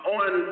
on